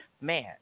man